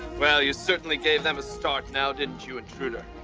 well, you certainly gave them a start, now, didn't you, intruder?